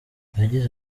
yagize